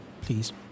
please